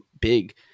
big